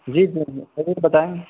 جی جی ریٹ بتائیں